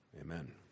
Amen